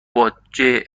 باجه